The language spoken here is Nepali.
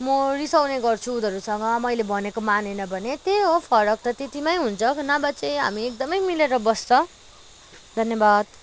म रिसाउने गर्छु उनीहरूसँग मैले भनेको मानेन भने त्यही हो फरक त त्यतिमै हुन्छ नभए चाहिँ हामी एकदमै मिलेर बस्छ धन्यवाद